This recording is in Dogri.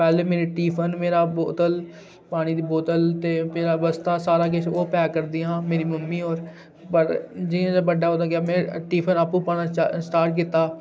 पैह्लें मेरा टिफिन मेरी बोतल पानी दी बोतल ते मेरा बस्ता सारा किश ओह् पैक करदियां हा मेरी मम्मी होर पर जि'यां जि'यां बड्डा होंदा गेआ में टिफिन आपूं पाना स्टाट स्टार्ट कीता